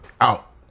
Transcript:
out